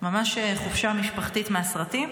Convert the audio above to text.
ממש חופשה משפחתית מהסרטים.